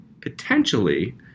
potentially